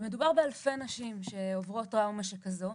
ומדובר באלפי נשים שעוברות טראומה שכזאת.